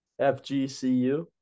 FGCU